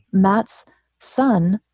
mat's son,